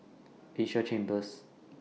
Asia Chambers